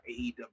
AEW